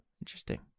Interesting